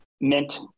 mint